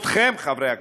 איתכם, חברי הכנסת,